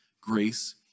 grace